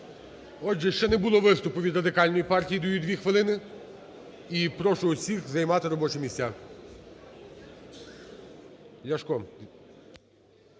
Отже, ще не було виступу від Радикальної партії, даю 2 хвилини. І прошу усіх займати робочі місця.